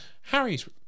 Harry's